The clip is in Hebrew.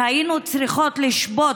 שהיינו צריכות לשבות,